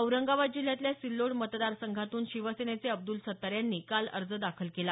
औरंगाबाद जिल्ह्यातल्या सिल्लोड मतदार संघातून शिवसेनेचे अब्दुल सत्तार यांनी काल अर्ज दाखल केला